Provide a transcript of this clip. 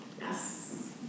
Yes